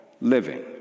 living